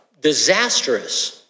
disastrous